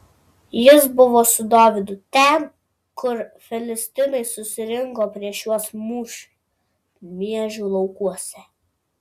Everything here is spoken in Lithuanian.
jis buvo su dovydu ten kur filistinai susirinko prieš juos mūšiui miežių laukuose